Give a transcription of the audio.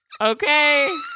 Okay